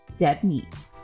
deadmeat